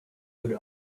would